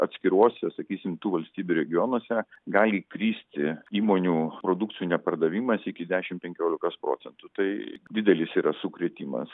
atskiruose sakysim tų valstybių regionuose gali kristi įmonių produkcijų nepardavimas iki dešim penkiolikos procentų tai didelis yra sukrėtimas